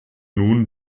nun